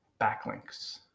backlinks